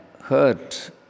hurt